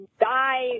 die